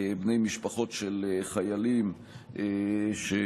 בני משפחות של חיילים שנפלו